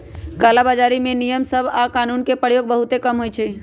कला बजारी में नियम सभ आऽ कानून के प्रयोग बहुते कम होइ छइ